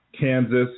Kansas